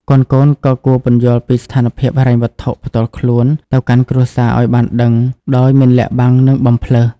កូនៗក៏គួរពន្យល់ពីស្ថានភាពហិរញ្ញវត្ថុផ្ទាល់ខ្លួនទៅកាន់គ្រួសារអោយបានដឹងដោយមិនលាក់បាំង និងបំផ្លើស។